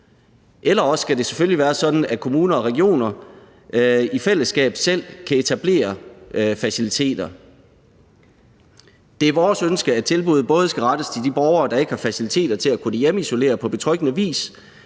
Eller også skal det selvfølgelig være sådan, at kommuner og regioner i fællesskab selv kan etablere faciliteter. Det er vores ønske, at tilbuddet både skal rettes mod de borgere, der ikke har faciliteter til at lade sig hjemmeisolere på betryggende vis,